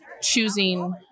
choosing